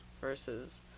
versus